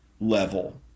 level